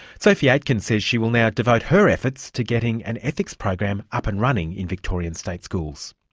sophie aitken says she will now devote her efforts to getting an ethics program up and running in victorian state schools.